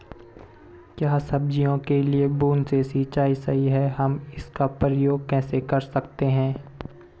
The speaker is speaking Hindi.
क्या सब्जियों के लिए बूँद से सिंचाई सही है हम इसका उपयोग कैसे कर सकते हैं?